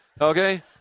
okay